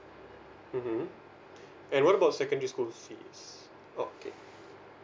mmhmm and what about secondary school fees okay